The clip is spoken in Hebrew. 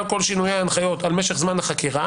בגלל כל שינויי ההנחיות על משך זמן החקירה